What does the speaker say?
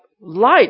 light